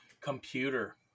Computer